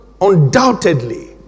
Undoubtedly